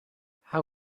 how